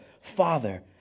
Father